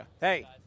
Hey